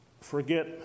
forget